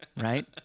Right